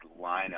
lineup